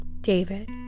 David